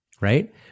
Right